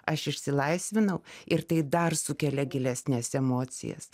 aš išsilaisvinau ir tai dar sukelia gilesnes emocijas